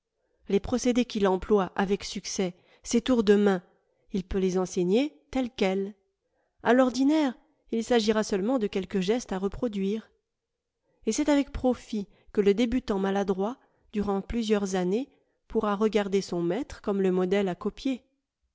les procédés qu'il emploie avec succès ses tours de main il peut les enseigner tels quels a l'ordinaire il s'agira seulement de quelques gestes à reproduire et c'est avec profit que le débutant maladroit durant plusieurs années pourra regarder son maître comme le modèle à copier